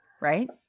right